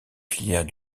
filières